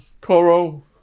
Coro